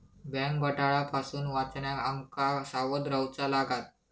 bank घोटाळा पासून वाचण्याक आम का सावध रव्हाचा लागात